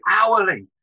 hourly